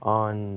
on